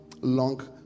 long